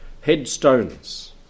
headstones